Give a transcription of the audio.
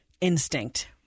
instinct